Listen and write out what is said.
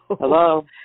Hello